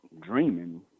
dreaming